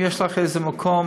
אם יש לך איזה מקום,